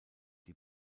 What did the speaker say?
die